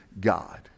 God